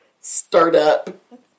startup